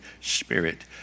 Spirit